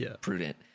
prudent